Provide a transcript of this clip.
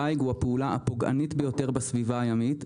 דיג הוא הפעולה הפוגענית ביותר בסביבה הימית,